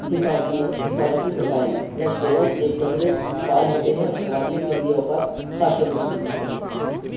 حفاظی حفاظتی مسائل رش کے وقت جیب کترے فعال ہوتے ہیں اور خواتین کے لیے اوقات خاصے مشکل ہوتے ہیں